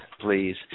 please